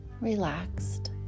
relaxed